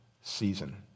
season